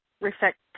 reflect